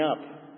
up